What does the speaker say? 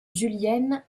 julienne